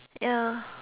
ya